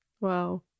Wow